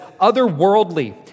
otherworldly